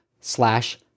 slash